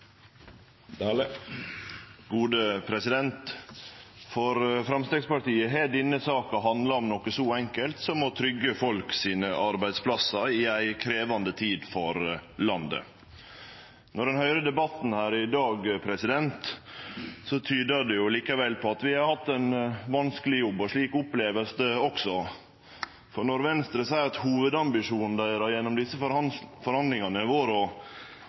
For Framstegspartiet har denne saka handla om noko så enkelt som å tryggje arbeidsplassane til folk i ei krevjande tid for landet. Når ein høyrer debatten her i dag, tyder han likevel på at vi har hatt ein vanskeleg jobb. Slik vert det også opplevd – som når Venstre seier at hovudambisjonen deira gjennom desse forhandlingane